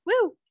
woo